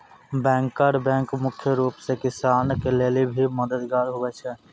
banker bank मुख्य रूप से किसान के लेली भी मददगार हुवै छै